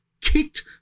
kicked